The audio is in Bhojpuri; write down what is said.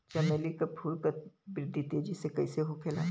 चमेली क फूल क वृद्धि तेजी से कईसे होखेला?